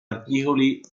articoli